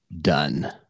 done